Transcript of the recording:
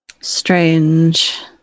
Strange